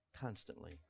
constantly